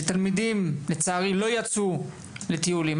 שתלמידים לצערי לא יצאו לטיולים.